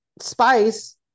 Spice